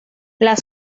las